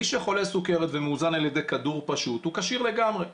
מי שחולה סוכרת ומאוזן על ידי כדור פשוט הוא כשיר לגמרי.